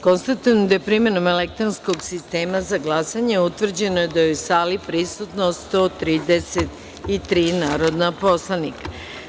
Konstatujem da je primenom elektronskog sistema za glasanje, utvrđeno da je u sali prisutno 133 narodna poslanika.